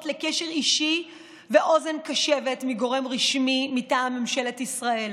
לקשר אישי ואוזן קשבת מגורם רשמי מטעם ממשלת ישראל.